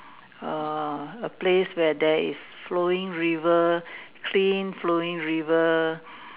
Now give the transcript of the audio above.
err a place where there is flowing river clean flowing river